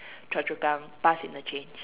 Chua-Chu-Kang bus interchange